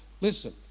listen